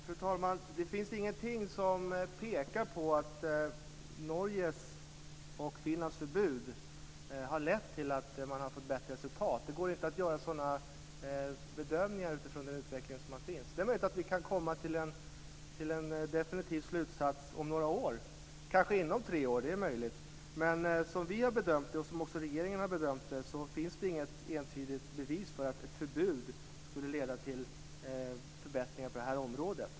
Fru talman! Det finns ingenting som pekar på att Norges och Finlands förbud har lett till att man har fått bättre resultat. Det går inte att göra sådana bedömningar utifrån den utveckling som har skett. Det är möjligt att vi kan komma till en definitiv slutsats om några år - kanske inom tre år. Men som vi har bedömt det, och som regeringen har bedömt det, finns det inget entydigt bevis för att ett förbud skulle leda till förbättringar på det här området.